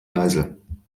geiseln